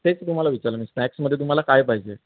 तेच तुम्हाला विचारलं मी स्नॅक्समध्ये तुम्हाला काय पाहिजे